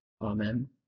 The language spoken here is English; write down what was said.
Amen